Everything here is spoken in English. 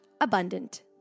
abundant